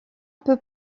peu